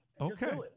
Okay